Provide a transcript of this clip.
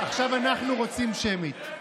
עכשיו אנחנו רוצים שמית.